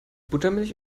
buttermilch